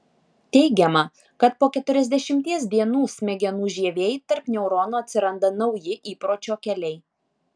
teigiama kad po keturiasdešimties dienų smegenų žievėj tarp neuronų atsiranda nauji įpročio keliai